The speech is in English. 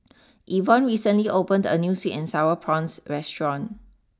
Evonne recently opened a new sweet and Sour Prawns restaurant